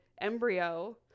embryo